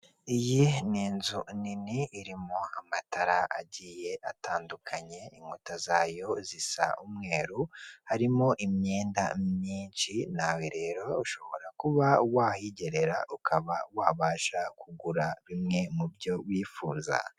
Irembo ni urubuga rwashyiriweho abanyarwanda, kugira ngo bajye bahabwa serivisi zitandukanye harimo n'ibyangombwa, bajyaga bajya gusiragira mu nzego z'ubuyobozi kugira ngo babiboneyo. Ubu byarorohejwe byose barabisanga ku irembo.